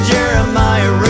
Jeremiah